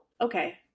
okay